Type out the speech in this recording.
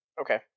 Okay